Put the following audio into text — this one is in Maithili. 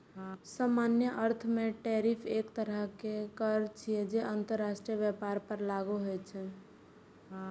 सामान्य अर्थ मे टैरिफ एक तरहक कर छियै, जे अंतरराष्ट्रीय व्यापार पर लागू होइ छै